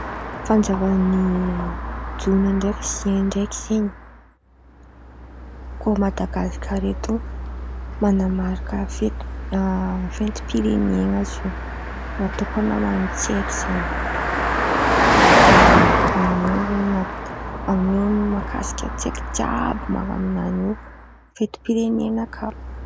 Fanjava ny Jiona ndraiky zen̈y, zioin ko a Madagasikara eto man̈amarika fety fetim-pirenen̈a zen̈y, natôkan̈a ho any tsaiky zen̈y. De amin'io map- amin'io makasika tsaiky jiàby man̈ano fetim-pirenen̈a kà.